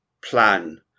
plan